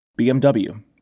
BMW